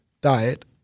diet